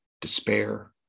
despair